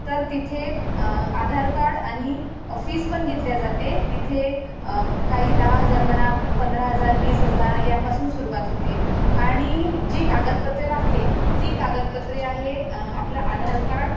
तर तिथे आधार कार्ड आणि फीस पण घेतल्या जाते तिथे काही दहा हजार म्हणा पंधरा हजार वीस हजार यापासून सुरुवात होते आणि जी कागदपत्रे लागते ती कागदपत्रे आहे आपला आधार काड